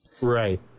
Right